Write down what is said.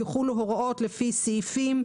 יחולו הוראות לפי סעיפים.